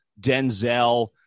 Denzel